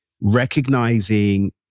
recognizing